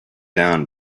down